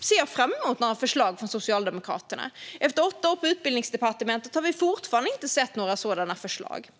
ser fram emot förslag från Socialdemokraterna. Efter åtta år på Utbildningsdepartementet har vi fortfarande inte sett några sådana förslag.